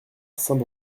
saint